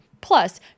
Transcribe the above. Plus